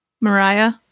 Mariah